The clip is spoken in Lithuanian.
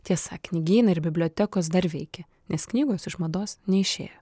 tiesa knygynai ir bibliotekos dar veikia nes knygos iš mados neišėjo